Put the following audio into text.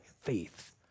faith